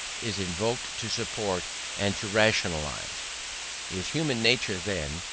is invoked to support and to rationalise. is human nature, then,